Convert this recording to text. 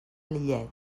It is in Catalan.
lillet